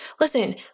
listen